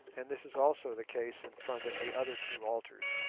and this is also the case in front of the other two altars.